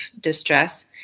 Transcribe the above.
distress